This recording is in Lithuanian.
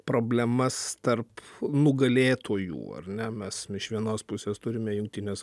problemas tarp nugalėtojų ar ne mes iš vienos pusės turime jungtines